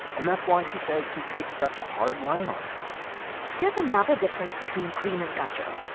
and that's why, he says, he takes such a hard line on this here's another difference between greene and gudger,